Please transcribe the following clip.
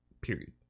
period